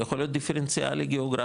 הוא יכול להיות דיפרנציאלי גאוגרפית,